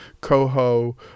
Coho